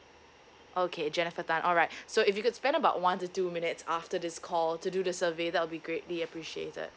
okay jennifer tan alright so if you could spend about one to two minutes after this call to do the survey that'll be greatly appreciated